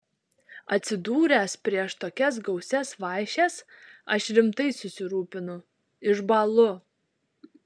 atsidūręs prieš tokias gausias vaišes aš rimtai susirūpinu išbąlu